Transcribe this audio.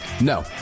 no